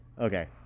Okay